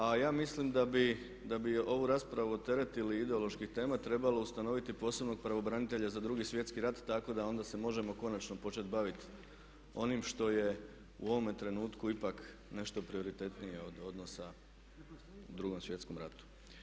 A ja mislim da bi ovu raspravu oteretili od ideoloških tema trebalo bi ustanoviti posebno pravobranitelja za Drugi svjetski rat tako da onda se možemo konačno početi baviti onim što je u ovome trenutku ipak nešto prioritetnije od odnosa u Drugom svjetskom ratu.